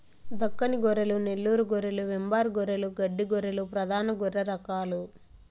దక్కని గొర్రెలు, నెల్లూరు గొర్రెలు, వెంబార్ గొర్రెలు, గడ్డి గొర్రెలు ప్రధాన గొర్రె రకాలు